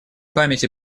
памяти